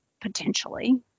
potentially